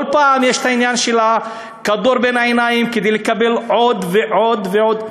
כל פעם יש את העניין של הכדור בין העיניים כדי לקבל עוד ועוד ועוד.